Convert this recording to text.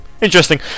Interesting